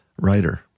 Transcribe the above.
writer